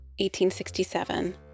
1867